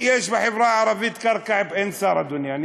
יש בחברה הערבית קרקע, אין שר, אדוני.